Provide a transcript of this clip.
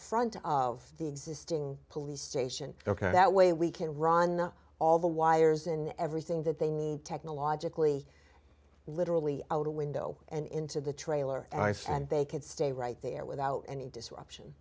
front of the existing police station ok that way we can run all the wires in everything that they need technologically literally out a window and into the trailer and ice and they can stay right there without any disruption